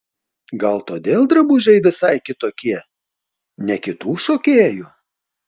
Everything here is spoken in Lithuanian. gal todėl drabužiai visai kitokie ne kitų šokėjų